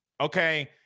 Okay